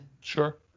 Sure